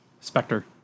Spectre